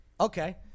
okay